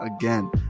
again